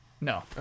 No